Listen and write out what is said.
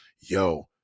Yo